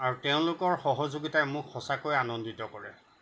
আৰু তেওঁলোকৰ সহযোগীতায়ে মোক সঁচাকৈয়ে আনন্দিত কৰে